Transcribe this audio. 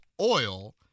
Oil